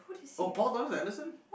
oh Paul loves Anderson